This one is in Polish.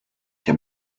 się